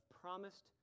promised